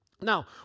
Now